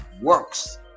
works